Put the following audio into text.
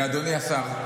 אדוני השר,